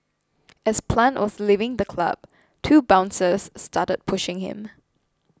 as Plant was leaving the club two bouncers started pushing him